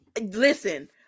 Listen